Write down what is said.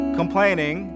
complaining